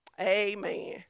Amen